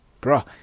bro